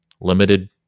limited